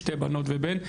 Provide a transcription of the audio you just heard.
שתי בנות ובן,